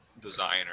designer